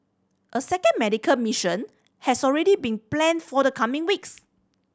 a second medical mission has already been planned for the coming weeks